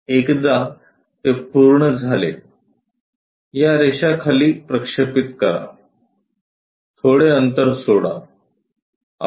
एकदा ते पूर्ण झाले या रेषा खाली प्रक्षेपित करा थोडे अंतर सोडा